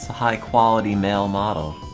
high quality male model